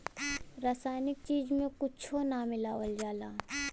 रासायनिक चीज में कुच्छो ना मिलावल जाला